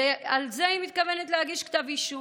ועל זה היא מתכוונת להגיש כתב אישום,